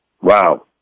Wow